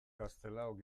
castelaok